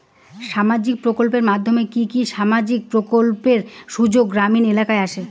সামাজিক প্রকল্পের মধ্যে কি কি সামাজিক প্রকল্পের সুযোগ গ্রামীণ এলাকায় আসে?